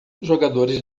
jogadores